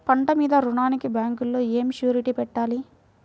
పంట మీద రుణానికి బ్యాంకులో ఏమి షూరిటీ పెట్టాలి?